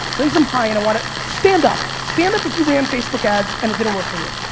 raise them high, and i wanna, stand up. stand up if you ran facebook ads and it didn't work for you.